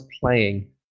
playing